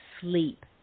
sleep